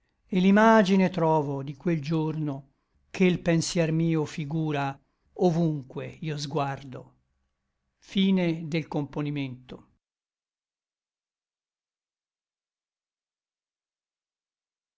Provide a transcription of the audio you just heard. et l'imagine trovo di quel giorno che l pensier mio figura ovunque io sguardo se